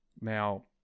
Now